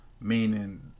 meaning